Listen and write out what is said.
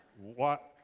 what?